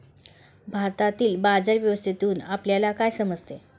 भारतातील बाजार व्यवस्थेतून आपल्याला काय समजते?